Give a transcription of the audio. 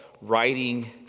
writing